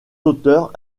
auteurs